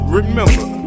remember